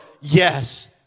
yes